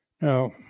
Now